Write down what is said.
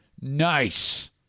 Nice